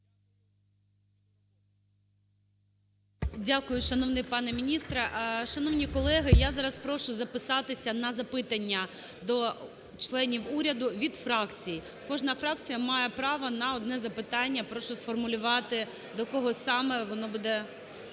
Дякую, шановний пане міністре. Шановні колеги, я зараз прошу записатися на запитання до членів уряду від фракцій. Кожна фракція має право на одне запитання. Прошу сформулювати, до кого саме воно буде